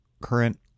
current